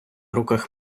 руках